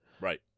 Right